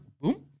Boom